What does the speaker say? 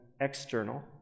external